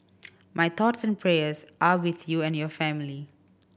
my thoughts and prayers are with you and your family